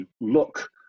look